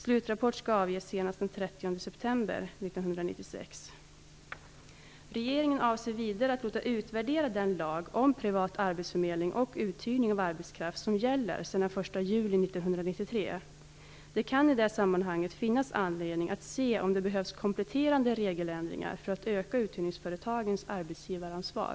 Slutrapport skall avges senast den 30 september 1996. Regeringen avser vidare att låta utvärdera den lag om privat arbetsförmedling och uthyrning av arbetskraft som gäller sedan den 1 juli 1993. Det kan i det sammanhanget finnas anledning att se om det behövs kompletterande regeländringar för att öka uthyrningsföretagens arbetsgivaransvar.